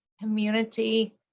community